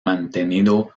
mantenido